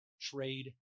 Trade